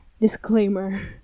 disclaimer